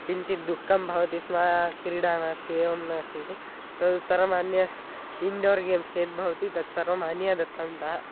किञ्चित् दुःखं भवति स्म क्रीडा नास्ति एवं नास्ति इति तदुत्तरम् अन्यत् इण्डोर् गेम्स् यद्भवति तत्सर्वम् अन्ये दत्तवन्तः